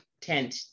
tent